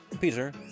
Peter